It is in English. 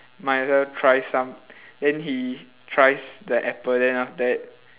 might as well try some then he tries the apple then after that